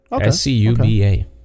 S-C-U-B-A